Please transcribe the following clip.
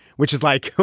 which is like,